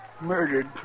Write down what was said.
murdered